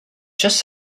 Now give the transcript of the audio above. just